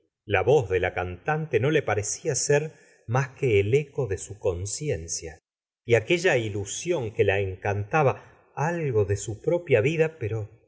la voz de la cantante no le parecía ser más que el eco de su conciencia y aquella ilusión que la encantaba algo de su propia vida pero